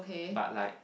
but like